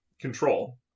Control